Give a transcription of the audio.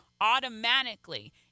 automatically